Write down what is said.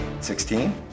16